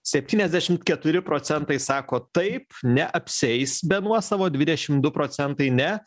septyniasdešim keturi procentai sako taip neapsieis be nuosavo dvidešim du procentai ne